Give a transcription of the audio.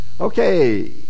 okay